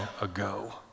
ago